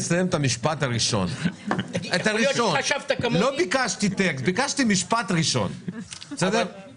שרים כדי שיציגו את תכנית העבודה שלהם